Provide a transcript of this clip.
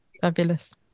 fabulous